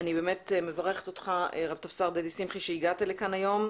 אני מברכת אותך רב טפסר דדי שמחי שהגעת לכאן היום.